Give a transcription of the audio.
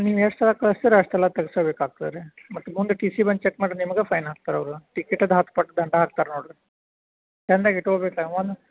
ನೀವು ಎಷ್ಟು ಸಲ ಕಳಸ್ತೀರ ಅಷ್ಟು ಸಲ ತಗ್ಸಬೇಕಾಗ್ತದೆ ರೀ ಮತ್ತು ಮುಂದ ಬಂದು ಟಿ ಸಿ ಚಕ್ ಮಾಡ್ರ ನಿಮ್ಗೆ ಫೈನ್ ಹಾಕ್ತಾರೆ ಅವರು ಟಿಕೆಟಿದ ಹತ್ತು ಪಟ್ಟು ದಂಡ ಹಾಕ್ತಾರೆ ನೋಡ್ರಿ ಚಂದಗೆ ಇಟ್ಕೋಬೇಕು